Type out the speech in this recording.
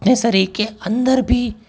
अपने शरीर के अंदर भी